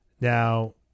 now